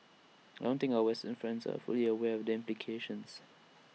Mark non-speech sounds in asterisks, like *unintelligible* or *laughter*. I don't think our western friends are fully aware of them *unintelligible*